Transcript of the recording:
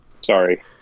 sorry